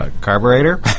carburetor